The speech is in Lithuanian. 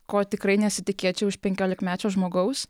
ko tikrai nesitikėčiau iš penkiolikmečio žmogaus